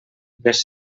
les